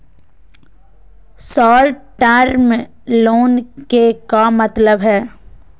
Short term loan के का मतलब हई?